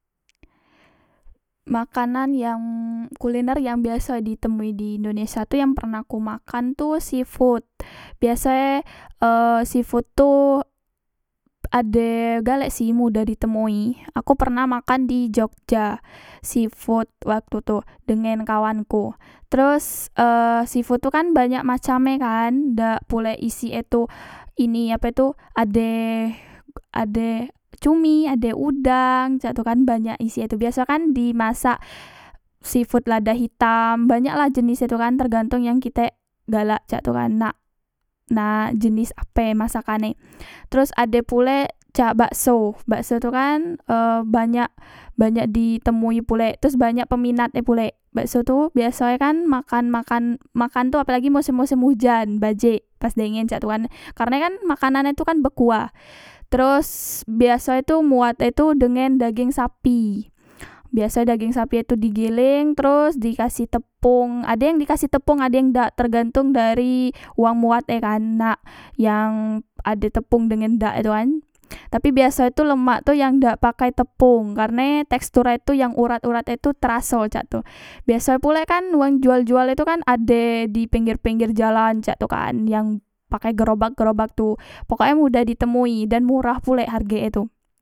Makanan yang kuliner yang biasoe ditemui di indonesia tu yang pernah aku makan tu seafood biase e seafood tu ade galek sih mudah ditemui aku pernah makan di jogja seafood waktu tu dengen kawanku teros e seafood tu kan banyak macam e kan dak pulek isi e tu ini apetu ade e ade cumi ade udang cak tu kan banyak isie tu biaso kan dimasak seafood lada hitam banyak lah jenise tukan tergantong yang kitek galak cak tu kan nak nak jenis ape masakane teros ade pulek cak bakso bakso tu kan e banyak banyak di temui pulek terus banyak peminat e pulek bakso tu biaso e kan makan makan makan tu apolagi mosem mosem ujan bajik pas dengen cak tu kan karne kan makanane tu kan bekuah teros biaso e tu muat e tu dengen dageng sapi biasoe dageng sapi e tu di geleng teros dikasih tepong ade yang dikasih tepong ade yang dak tergantong dari wang mbuat e kan nak yang ade tepong dengan dak tu kan tapi biaso e tu lemak tu yang dak pakai tepong karne tekstur e tu yang urat urat e tu teraso cak tu biaso e pulek kan wang jual jual e tu kan ade di pengger pengger jalan cak tu kan yang pake gerobak gerobak tu pokok e mudah di temui dan murah pulek hargoe tu